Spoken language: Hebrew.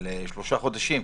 של שלושה חודשים.